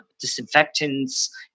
disinfectants